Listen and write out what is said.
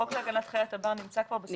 החוק להגנת חיות הבר נמצא כבר בסמכות הוועדה.